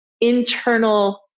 internal